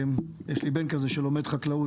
יש לי בן כזה שלומד חקלאות,